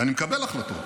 אני מקבל החלטות,